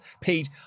Pete